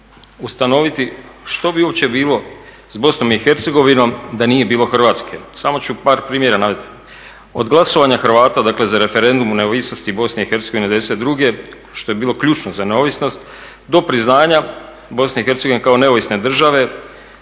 ustanoviti što bi uopće bilo s Bosnom i Hercegovinom da nije bilo Hrvatske. Samo ću par primjera navesti. Od glasovanja Hrvata, dakle za referendum o neovisnosti Bosne i Hercegovine '92. što je bilo ključno za neovisnost, do priznanja Bosne i Hercegovine kao neovisne države,